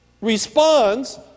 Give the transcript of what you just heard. responds